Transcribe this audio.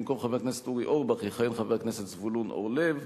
במקום חבר הכנסת אורי אורבך יכהן חבר הכנסת זבולון אורלב,